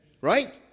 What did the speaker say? Right